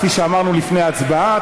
כפי שאמרנו לפני ההצבעה,